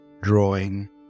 drawing